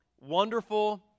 Wonderful